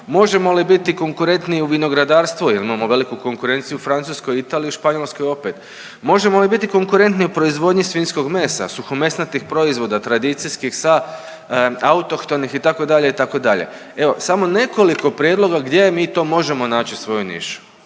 Možemo li biti konkurentniji u vinogradarstvu jer imamo veliku konkurenciju u Francuskoj, Italiji, Španjolskoj opet. Možemo li biti konkurentniji u proizvodnji svinjskog mesa, suhomesnatih proizvoda, tradicijskih, autohtonih itd. itd. Evo samo nekoliko prijedloga gdje mi to možemo naći svoju nišu.